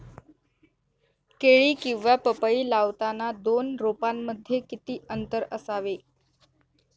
केळी किंवा पपई लावताना दोन रोपांमध्ये किती अंतर असावे?